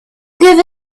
give